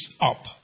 up